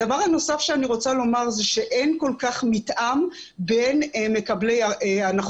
הדבר הנוסף שאני רוצה לומר זה שאין כל כך מתאם בין מקבלי ההנחות